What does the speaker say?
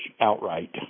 outright